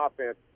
offense